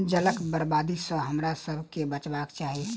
जलक बर्बादी सॅ हमरासभ के बचबाक चाही